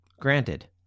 Granted